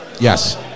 Yes